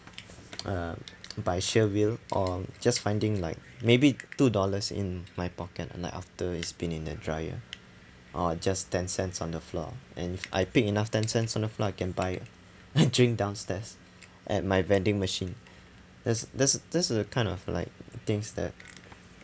uh by sheer will or just finding like maybe two dollars in my pocket like after it's been in a dryer or just ten cents on the floor and I picked enough ten cents on the floor I can buy a drink downstairs at my vending machine that's that's that's the kind of like things that